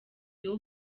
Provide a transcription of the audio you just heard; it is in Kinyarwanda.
you